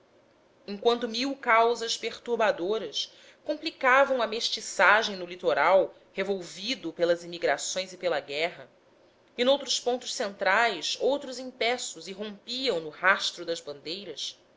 enquanto mil causas perturbadoras complicavam a mestiçagem no litoral revolvido pelas imigrações e pela guerra e noutros pontos centrais outros empeços irrompiam no rastro das bandeiras